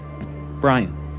Brian